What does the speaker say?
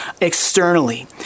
externally